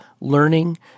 learning